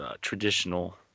traditional